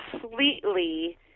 completely